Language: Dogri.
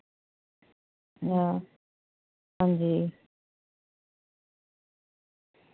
हां हां जी